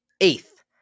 Eighth